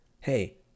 hey